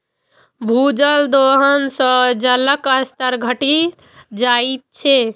भूजल दोहन सं जलक स्तर घटि जाइत छै